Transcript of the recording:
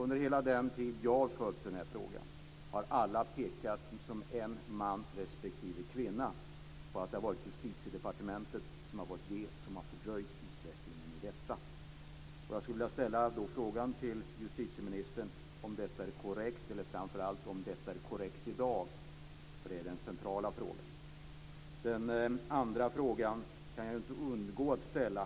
Under hela den tid som jag har drivit den här frågan har alla som en man respektive kvinna pekat på att det har varit Justitiedepartementet som har fördröjt utvecklingen. Jag vill då ställa frågan till justitieministern om detta är korrekt i dag, för det är den centrala frågan. Den andra frågan kan jag inte undgå att ställa.